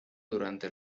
durante